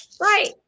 Right